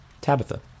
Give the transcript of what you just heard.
Tabitha